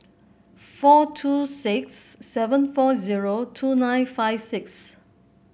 four two six seven four zero two nine five six